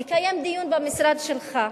לקיים דיון במשרד שלך.